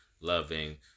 loving